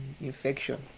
infection